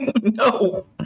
No